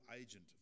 agent